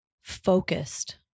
focused